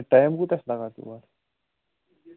time کوٗتاہ چھُ لَگان تور